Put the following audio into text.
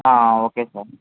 okay sir